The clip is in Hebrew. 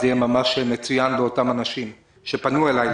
זה יהיה ממש מצוין לאותם אנשים שפנו אלי.